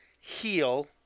heal